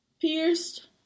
pierced